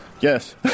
Yes